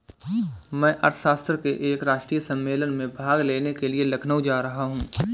मैं अर्थशास्त्र के एक राष्ट्रीय सम्मेलन में भाग लेने के लिए लखनऊ जा रहा हूँ